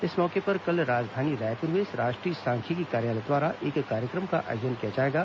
इस मौके पर कल राजधानी रायपुर में राष्ट्रीय सांख्यिकी कार्यालय द्वारा एक कार्यक्रम का आयोजन किया जाएगा